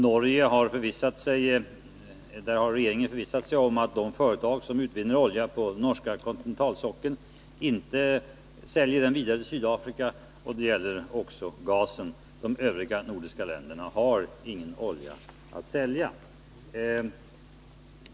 När det gäller Norge har regeringen där förvissat sig om att de företag som utvinner olja och gas på norska kontinentalsockeln inte säljer den vidare till Sydafrika. De övriga nordiska länderna har ingen olja att sälja.